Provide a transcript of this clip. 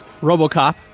RoboCop